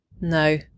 No